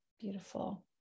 beautiful